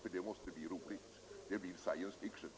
Det måste bli roligt — det blir science fiction.